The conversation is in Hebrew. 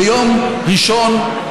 ביום ראשון,